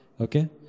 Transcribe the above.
Okay